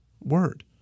Word